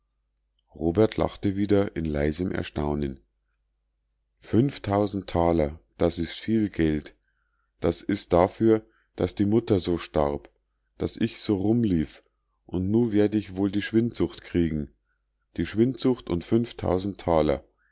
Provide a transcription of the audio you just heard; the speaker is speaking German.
robert lachte wieder in leisem erstaunen fünftausend taler das is viel geld das is dafür daß die mutter so starb und daß ich so rumlief und nu werd ich wohl die schwindsucht kriegen die schwindsucht und fünftausend taler